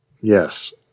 Yes